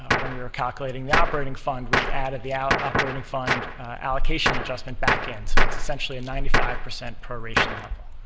when we were calculating the operating fund, we added the operating fund allocation adjustment back in. so it's essentially a ninety five percent proration level.